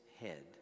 head